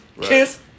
kiss